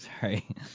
Sorry